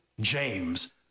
James